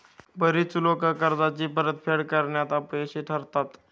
बरीच लोकं कर्जाची परतफेड करण्यात अपयशी ठरतात